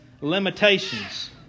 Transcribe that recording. limitations